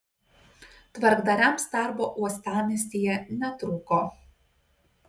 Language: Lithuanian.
tvarkdariams darbo uostamiestyje netrūko